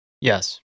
Yes